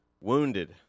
wounded